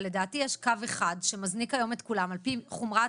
אבל לדעתי יש קו אחד שמזניק היום את כולם על פי חומרת